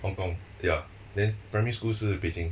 hong kong ya then primary school 是 beijing